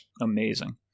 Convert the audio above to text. Amazing